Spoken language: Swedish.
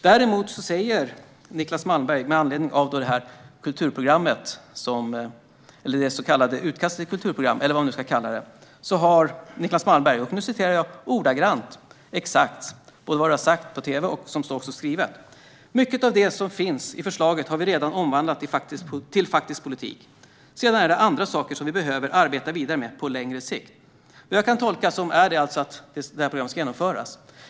Däremot har Niclas Malmberg, med anledning av utkastet till det så kallade kulturprogrammet, sagt följande på tv - det finns också skrivet - och nu citerar jag ordagrant: "Mycket av det som finns i förslaget har vi redan omvandlat till faktisk politik. Sedan är det andra saker som vi behöver arbeta vidare med på längre sikt." Jag tolkar detta som att programmet ska genomföras.